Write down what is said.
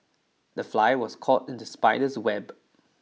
The fly was caught in the spider's web